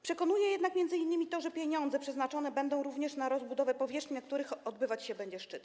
Przekonuje jednak m.in. to, że pieniądze przeznaczone będą również na zabudowę powierzchni, na których odbywać się będzie szczyt.